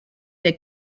that